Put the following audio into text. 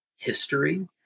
history